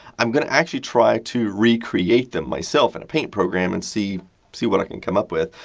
i'm going to actually try to recreate them myself in a paint program and see see what i can come up with.